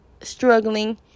struggling